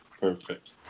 perfect